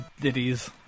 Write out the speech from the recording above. ditties